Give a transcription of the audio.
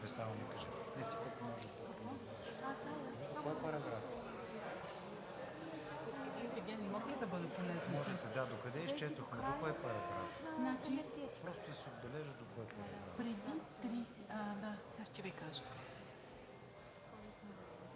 Това е параграфът,